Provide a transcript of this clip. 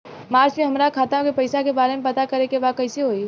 मार्च में हमरा खाता के पैसा के बारे में पता करे के बा कइसे होई?